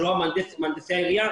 לא מהנדסי העירייה